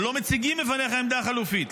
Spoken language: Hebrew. או לא מציגים בפניך עמדה חלופית.